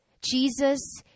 Jesus